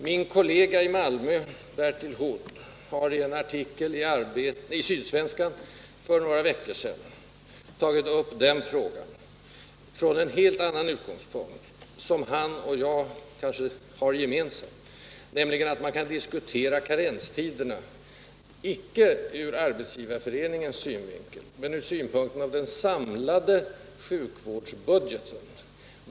Min kollega i Malmö, professor Bertil Hood, har i en artikel i Sydsvenska Dagbladet för några veckor sedan tagit upp den frågan från en helt annan utgångspunkt, nämligen att man — och där delar jag Bertil Hoods uppfattning — kan diskutera karensdagarna inte från Arbetsgivareföreningens synpunkt utan från den samlade sjukvårdsbudgetens synpunkt.